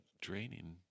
draining